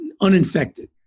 uninfected